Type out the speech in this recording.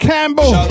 Campbell